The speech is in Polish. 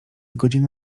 godziny